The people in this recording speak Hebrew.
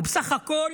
הוא בסך הכול